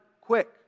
Quick